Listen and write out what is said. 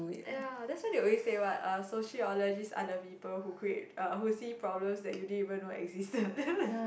ya that's why they always say what uh sociologist are the people who create uh who see problems that you don't even know existed